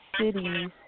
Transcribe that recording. cities